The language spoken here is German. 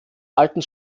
alten